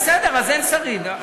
בסדר, אז אין שרים.